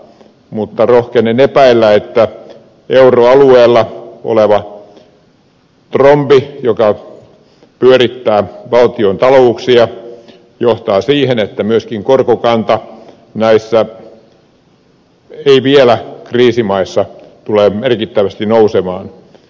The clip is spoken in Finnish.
mutta rohkenen epäillä että euroalueella oleva trombi joka pyörittää valtiontalouksia johtaa siihen että korkokanta myöskin näissä ei vielä kriisiytyneissä maissa tulee merkittävästi nousemaan